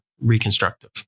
reconstructive